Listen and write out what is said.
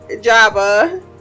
java